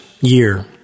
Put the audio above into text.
year